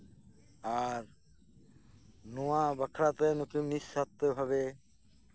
ᱟᱨ ᱱᱚᱣᱟ ᱵᱟᱠᱷᱨᱟ ᱛᱮ ᱱᱩᱠᱤᱱ ᱱᱤᱼᱥᱟᱨᱛᱷᱚ ᱵᱷᱟᱵᱮ